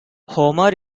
homer